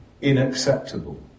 inacceptable